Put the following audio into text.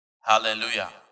Hallelujah